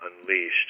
unleashed